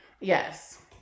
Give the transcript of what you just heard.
Yes